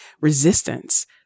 resistance